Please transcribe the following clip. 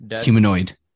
humanoid